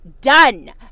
Done